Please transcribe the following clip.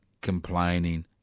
complaining